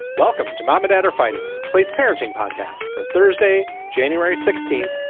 welcome to mom or dad or find it slate's parenting podcast for thursday, january sixteenth.